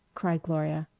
cried gloria.